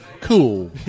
cool